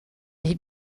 les